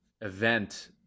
event